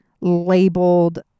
labeled